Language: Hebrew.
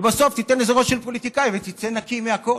ובסוף תיתן איזה ראש של פוליטיקאי ותצא נקי מהכול.